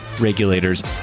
regulators